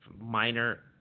minor